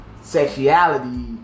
sexuality